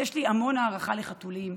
יש לי המון הערכה לחתולים,